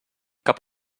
cap